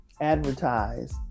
advertise